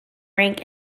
rank